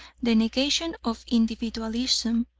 the negation of individualism.